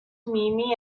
mimi